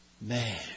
Man